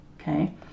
okay